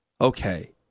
Okay